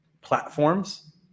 platforms